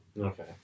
Okay